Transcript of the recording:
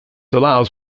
allows